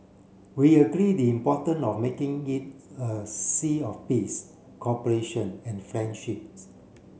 we agree the importance of making it a sea of peace cooperation and friendships